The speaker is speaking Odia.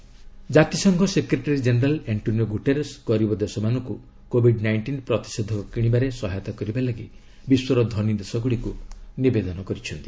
ଗୁଟେରସ୍ ଭାକ୍ଟିନ୍ ଜାତିସଂଘ ସେକ୍ରେଟାରୀ ଜେନେରାଲ୍ ଆଣ୍ଟ୍ରୋନିଓ ଗୁଟେରସ୍ ଗରିବ ଦେଶମାନଙ୍କୁ କୋବିଡ୍ ନାଇଷ୍ଟିନ୍ ପ୍ରତିଷେଧକ କିଣିବାରେ ସହାୟତା କରିବା ଲାଗି ବିଶ୍ୱର ଧନୀ ଦେଶଗୁଡ଼ିକୁ ନିବେଦନ କରିଛନ୍ତି